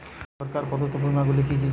সরকার কর্তৃক প্রদত্ত বিমা গুলি কি কি?